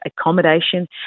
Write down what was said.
accommodation